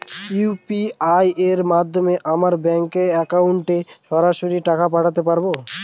UPI এর মাধ্যমে আমরা ব্যাঙ্ক একাউন্টে সরাসরি টাকা পাঠাতে পারবো?